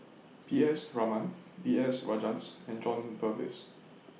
P S Raman B S Rajhans and John Purvis